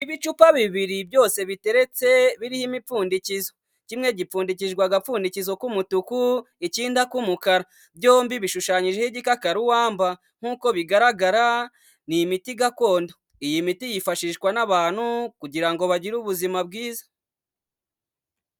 Ibicupa bibiri byose biteretse biriho imipfundikizo, kimwe gipfundikijwe agapfundikizo k'umutuku ikindi ak'umukara. Byombi bishushanyijeho igikakaruwamba nk'uko bigaragara ni imiti gakondo, iyi miti yifashishwa n'abantu kugira ngo bagire ubuzima bwiza.